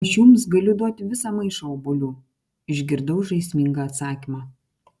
aš jums galiu duoti visą maišą obuolių išgirdau žaismingą atsakymą